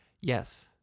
Yes